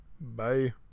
bye